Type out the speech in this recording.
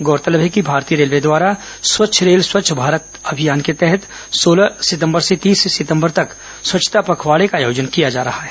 गौरतलब है कि भारतीय रेलवे द्वारा स्वच्छ रेल स्वच्छ भारत के तहत सोलह सितंबर से तीस सितंबर तक स्वच्छता पखवार्डे का आयोजन किया जा रहा है